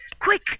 Quick